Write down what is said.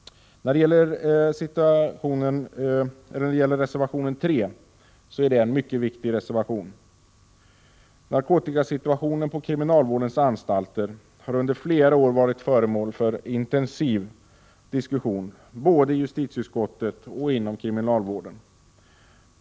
Reservation 3 är en mycket viktig reservation. Narkotikasituationen på kriminalvårdens anstalter har under flera år varit föremål för intensiv diskussion både i justitieutskottet och inom kriminalvården.